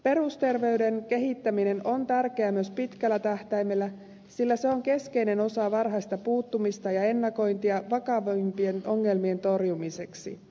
perusterveyden kehittäminen on tärkeää myös pitkällä tähtäimellä sillä se on keskeinen osa varhaista puuttumista ja ennakointia vakavampien ongelmien torjumiseksi